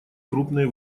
крупные